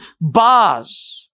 bars